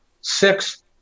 six